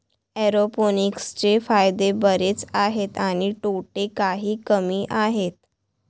एरोपोनिक्सचे फायदे बरेच आहेत आणि तोटे काही कमी आहेत